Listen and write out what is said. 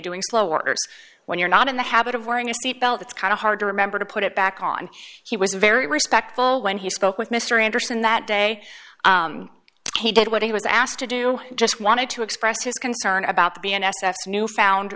doing slower when you're not in the habit of wearing a seat belt it's kind of hard to remember to put it back on he was very respectful when he spoke with mr anderson that day he did what he was asked to do just wanted to express his concern about to be n s f newfound